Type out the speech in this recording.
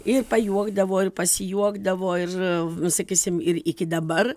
ir pajuokdavo ir pasijuokdavo ir sakysim ir iki dabar